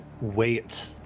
wait